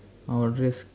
I would risk